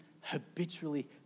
habitually